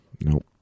nope